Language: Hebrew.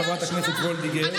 חברת הכנסת וולדיגר,